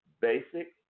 basic